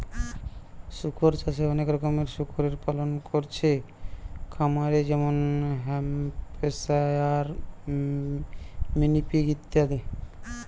শুকর চাষে অনেক রকমের শুকরের পালন কোরছে খামারে যেমন হ্যাম্পশায়ার, মিনি পিগ ইত্যাদি